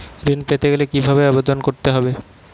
ঋণ পেতে গেলে কিভাবে আবেদন করতে হবে?